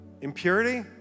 impurity